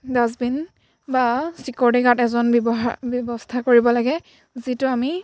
dustbin বা security guard এজন ব্যৱহাৰ ব্যৱস্থা কৰিব লাগে যিটো আমি